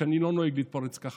ואני לא נוהג להתפרץ כך,